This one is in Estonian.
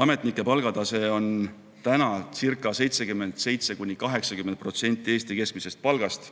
Ametnike palgatase oncirca77–80% Eesti keskmisest palgast